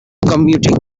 commuting